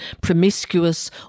promiscuous